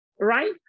right